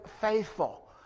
faithful